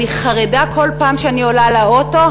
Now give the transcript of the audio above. ואני חרדה כל פעם כשאני עולה לאוטו.